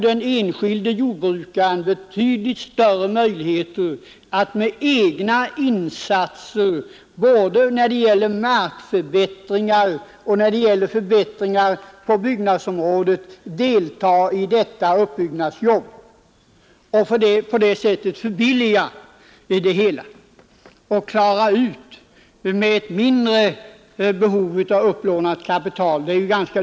Den enskilde jordbrukaren får ju betydligt större möjligheter att delta i uppbyggnadsarbetet med egna insatser, när det gäller såväl markförbättringar som förbättringar på byggnaderna. På det sättet kan arbetena utföras billigare och med mindre behov av upplånat kapital.